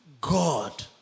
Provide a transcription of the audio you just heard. God